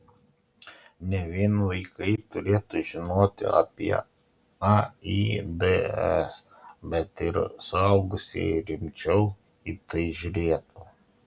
ne vien vaikai turėtų žinoti apie aids bet ir suaugusieji rimčiau į tai žiūrėtų